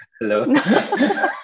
Hello